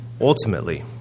ultimately